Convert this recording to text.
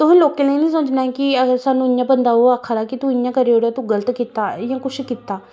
तुसें लोकें लेई निं सोचना कि सानूं इ'यां ओह् बंदा इ'यां आक्खा दा तूं इ'यां करी ओड़ेआ तूं गलत कीता इ'यां कुछ कीता